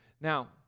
Now